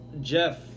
Jeff